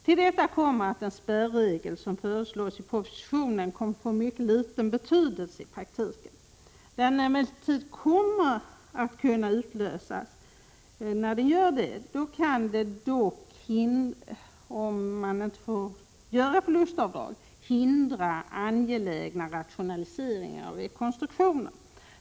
Till detta kommer att den spärregel som föreslås i propositionen kommer att få mycket liten betydelse i praktiken. Där den emellertid kan komma att utlösas, så att man inte får göra förlustavdrag, kan den dock komma att hindra angelägna rationaliseringar och rekonstruktioner.